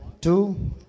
two